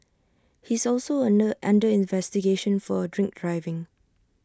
he is also under under investigation for A drink driving